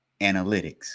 analytics